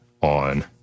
on